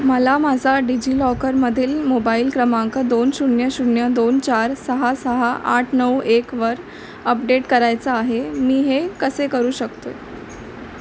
मला माझा डिजिलॉकरमधील मोबाईल क्रमांक दोन शून्य शून्य दोन चार सहा सहा आठ नऊ एकवर अपडेट करायचा आहे मी हे कसे करू शकतो आहे